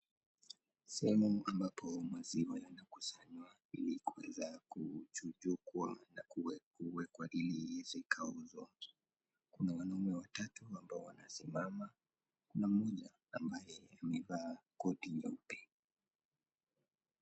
Sehemu ambapo maziwa yanakusanywa ili kuweza kuchujukwa na kuwekwa ili ieza ikauzwa, kuna wanume watatu ambao wanasimama kuna mmoja ambaye anavaa koti nyeupe.